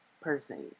person